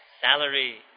salary